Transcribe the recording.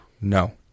No